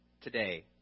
today